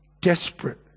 desperate